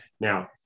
Now